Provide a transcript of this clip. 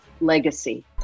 legacy